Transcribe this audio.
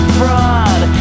fraud